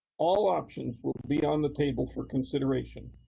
all options will be on the table for consideration.